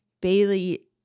Bailey